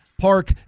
park